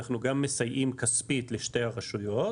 אנחנו גם מסייעים כספית לשתי הרשויות